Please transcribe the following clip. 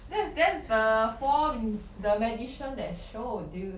that's that's the form the magician that show dude